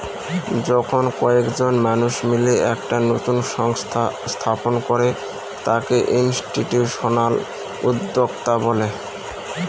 যখন কয়েকজন মানুষ মিলে একটা নতুন সংস্থা স্থাপন করে তাকে ইনস্টিটিউশনাল উদ্যোক্তা বলে